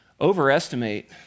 overestimate